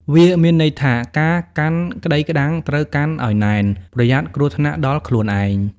វាមានន័យថា ការកាន់ក្ដីក្ដាំត្រូវក្ដាប់ឲ្យណែន ប្រយ័ត្នគ្រោះថ្នាក់ដល់ខ្លួនឯង ។